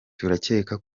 turakeka